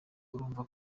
urumva